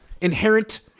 inherent